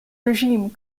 regime